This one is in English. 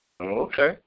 Okay